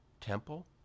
temple